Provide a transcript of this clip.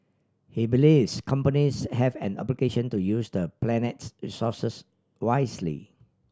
he believes companies have an obligation to use the planet's resources wisely